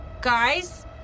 guys